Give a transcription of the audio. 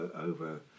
over